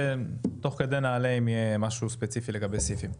תוך כדי נעלה אותן אם יהיה משהו ספציפי לגבי הסעיפים.